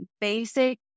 basic